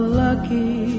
lucky